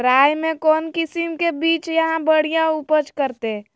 राई के कौन किसिम के बिज यहा बड़िया उपज करते?